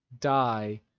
die